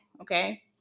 Okay